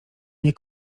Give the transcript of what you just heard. nie